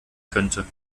könnte